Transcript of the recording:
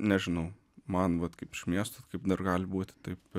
nežinau man vat kaip iš miesto kaip dar gali būti taip